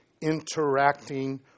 interacting